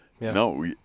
No